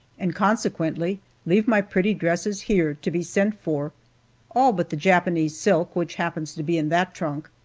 and consequently leave my pretty dresses here, to be sent for all but the japanese silk which happens to be in that trunk.